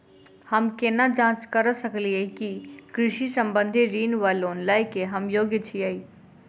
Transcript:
हम केना जाँच करऽ सकलिये की कृषि संबंधी ऋण वा लोन लय केँ हम योग्य छीयै?